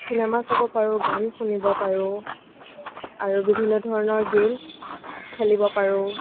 cinema চাব পাৰোঁ গান শুনিব পাৰোঁ আৰু বিভিন্ন ধৰণৰ গে'মচ খেলিব পাৰোঁ